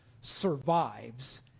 survives